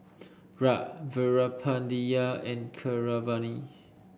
Raj Veerapandiya and Keeravani